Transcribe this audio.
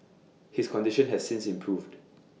his condition has since improved